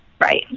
Right